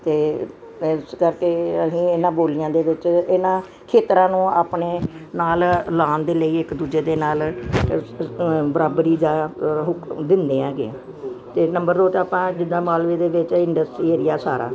ਤੇ ਇਸ ਕਰਕੇ ਅਸੀਂ ਇਹਨਾਂ ਬੋਲੀਆਂ ਦੇ ਵਿੱਚ ਇਹਨਾਂ ਖੇਤਰਾਂ ਨੂੰ ਆਪਣੇ ਨਾਲ ਲਾਣ ਦੇ ਲਈ ਇੱਕ ਦੂਜੇ ਦੇ ਨਾਲ ਬਰਾਬਰੀ ਦਾ ਹੁ ਦਿੰਦੇ ਆਗੇ ਤੇ ਨੰਬਰ ਦੋ ਤਾਂ ਆਪਾਂ ਜਿੱਦਾਂ ਮਾਲਵੇ ਦੇ ਵਿੱਚ ਇੰਡਸਟਰੀ ਏਰੀਆ ਸਾਰਾ